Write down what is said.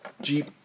Jeep